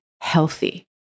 healthy